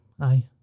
aye